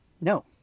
no